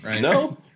No